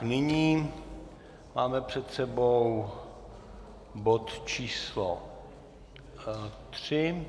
Nyní máme před sebou bod číslo tři...